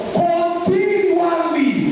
continually